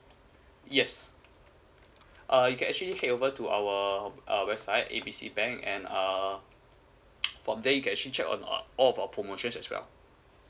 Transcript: yes uh you can actually head over to our uh website A B C bank and err from there you can check on all of our promotions as well